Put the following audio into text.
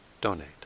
donate